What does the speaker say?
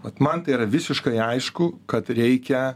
vat man tai yra visiškai aišku kad reikia